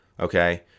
Okay